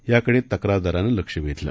याकडे तक्रारदाराने लक्ष वेधलं